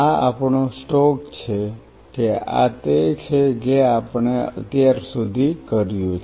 આ આપણો સ્ટોક છે કે આ તે છે જે આપણે અત્યાર સુધી કર્યું છે